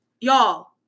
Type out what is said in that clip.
y'all